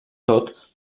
tot